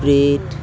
bread